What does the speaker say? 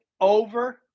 over